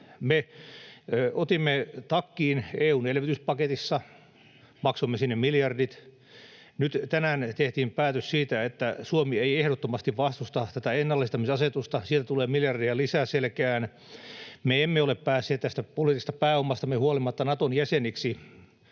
Me otimme takkiin EU:n elvytyspaketissa, maksoimme sinne miljardit. Nyt tänään tehtiin päätös siitä, että Suomi ei ehdottomasti vastusta ennallistamisasetusta. Siitä tulee miljardeja lisää selkään. Me emme ole päässeet poliittisesta pääomastamme huolimatta Naton jäseniksi,